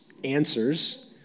answers